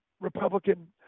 Republican